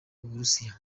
uburusiya